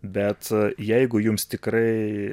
bet jeigu jums tikrai